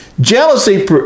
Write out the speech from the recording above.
Jealousy